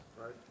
Right